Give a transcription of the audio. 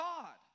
God